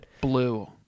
Blue